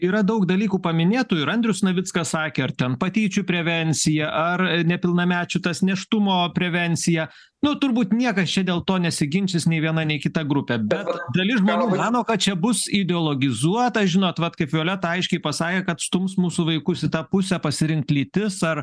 yra daug dalykų paminėtų ir andrius navickas sakė ar ten patyčių prevencija ar nepilnamečių tas nėštumo prevencija nu turbūt niekas čia dėl to nesiginčys nei viena nei kita grupė bet dalis žmonių mano kad čia bus ideologizuota žinot vat kaip violeta aiškiai pasakė kad stums mūsų vaikus į tą pusę pasirinkt lytis ar